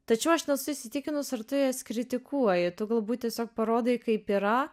tačiau aš nesu įsitikinus ar tu jas kritikuoji tu galbūt tiesiog parodai kaip yra